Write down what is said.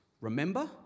remember